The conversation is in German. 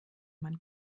man